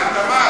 לא.